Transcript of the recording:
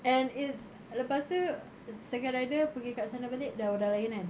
and it's lepas tu second rider pergi kat sana balik dah orang lain kan